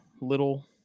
little